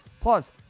plus